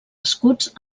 escuts